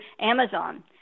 Amazon